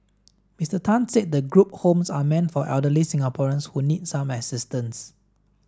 Mister Tan said the group homes are meant for elderly Singaporeans who need some assistance